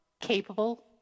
capable